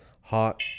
hot